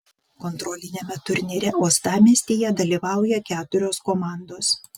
kontroliniame turnyre uostamiestyje dalyvauja keturios komandos